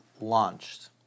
launched